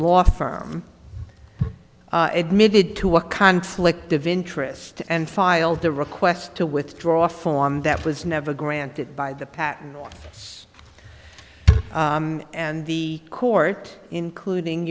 law firm admitted to a conflict of interest and filed the request to withdraw form that was never granted by the patent office and the court including